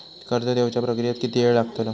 कर्ज देवच्या प्रक्रियेत किती येळ लागतलो?